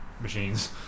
machines